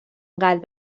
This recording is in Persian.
قلب